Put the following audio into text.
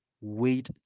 Wait